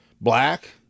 Black